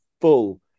full